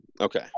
okay